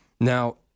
Now